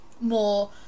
more